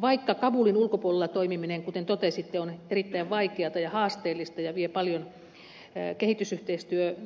vaikka kabulin ulkopuolella toimiminen kuten totesitte on erittäin vaikeata ja haasteellista ja vie paljon kehitysyhteistyö